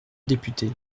députés